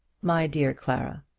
my dear clara,